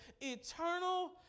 eternal